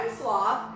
sloth